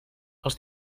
els